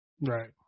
Right